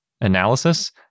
analysis